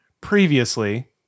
previously